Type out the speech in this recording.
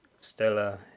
Stella